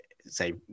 say